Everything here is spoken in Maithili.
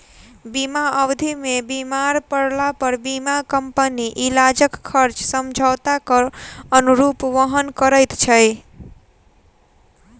बीमा अवधि मे बीमार पड़लापर बीमा कम्पनी इलाजक खर्च समझौताक अनुरूप वहन करैत छै